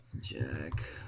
Jack